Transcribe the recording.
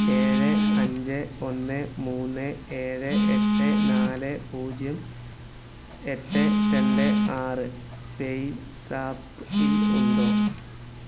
ഏഴ് അഞ്ച് ഒന്ന് മൂന്ന് ഏഴ് എട്ട് നാല് പൂജ്യം എട്ട് രണ്ട് ആറ് പേയ്സാപ്പ് ഇൽ ഉണ്ടോ